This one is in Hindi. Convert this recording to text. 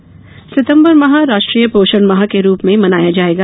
पोषण माह सितम्बर माह राष्ट्रीय पोषण माह के रूप में मनाया जायेगा